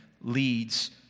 leads